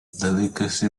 delicacy